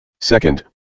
Second